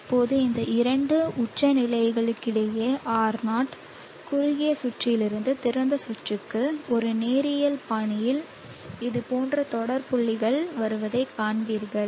இப்போது இந்த இரண்டு உச்சநிலைகளுக்கிடையில் R0 குறுகிய சுற்றிலிருந்து திறந்த சுற்றுக்கு ஒரு நேரியல் பாணியில் இது போன்ற தொடர் புள்ளிகள் வருவதைக் காண்பீர்கள்